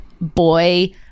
boy